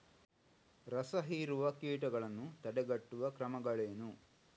ರಸಹೀರುವ ಕೀಟಗಳನ್ನು ತಡೆಗಟ್ಟುವ ಕ್ರಮಗಳೇನು?